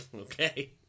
Okay